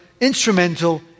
instrumental